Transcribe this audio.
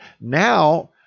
Now